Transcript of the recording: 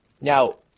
Now